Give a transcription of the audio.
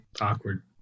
Awkward